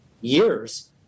years